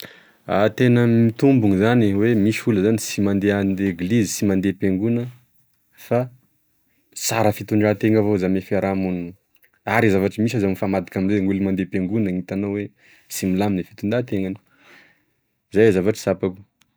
Ah tena mitombona zany oe misy olo sy mandeha an-degilizy sy mandea am-pegona fa sara fitondratena avao zany ame firamonina are zavatry misy aza mifamadika amze gn'olo mande am-pengonany sy milamigne fitondratenany zay zavatry sapako.